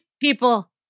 people